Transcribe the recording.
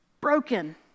Broken